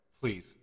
please